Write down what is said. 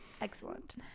Excellent